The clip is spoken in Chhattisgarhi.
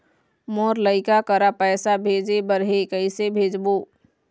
मोर लइका करा पैसा भेजें बर हे, कइसे भेजबो?